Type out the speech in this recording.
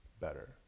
better